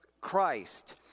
Christ